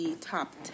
Top